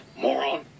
moron